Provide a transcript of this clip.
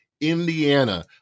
Indiana